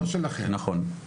נכון,